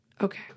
Okay